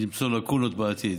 למצוא לקונות בעתיד.